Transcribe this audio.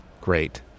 Great